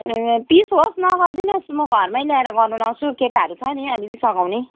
ए पिस होस् नगर्दिनुहोस् म घरमै ल्याएर गर्न लाउँछु केटाहरू छ नि अलिअलि सघाउने